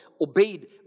obeyed